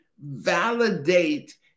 validate